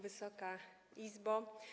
Wysoka Izbo!